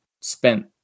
spent